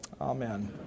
amen